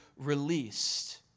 released